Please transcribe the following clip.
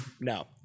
no